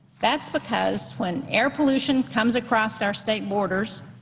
that's because when air pollution comes across our state borders,